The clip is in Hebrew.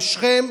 בשכם.